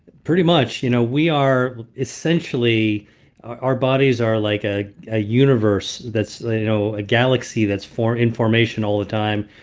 pretty much. you know we are essentially our bodies are like a ah universe that's you know a galaxy that's in formation all the time.